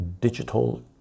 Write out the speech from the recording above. digital